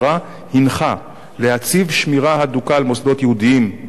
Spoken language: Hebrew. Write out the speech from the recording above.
הנחה להציב שמירה הדוקה על מוסדות יהודיים בכלל.